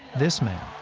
this man,